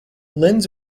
lens